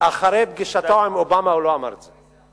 אחרי פגישתו עם אובמה הוא לא אמר את זה.